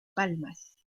palmas